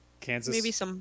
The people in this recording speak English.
Kansas